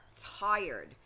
tired